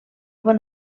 van